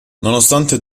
nonostante